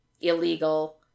illegal